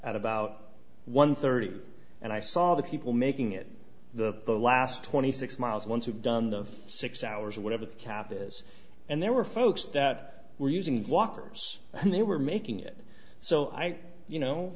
at about one thirty and i saw the people making it the last twenty six miles once you've done the six hours or whatever the cap is and there were folks that were using walkers and they were making it so i you know